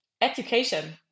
education